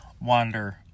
Wander